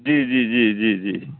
جی جی جی جی جی